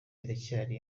iracyari